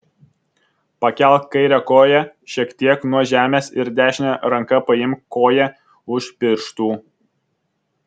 pakelk kairę koją šiek tiek nuo žemės ir dešine ranka paimk koją už pirštų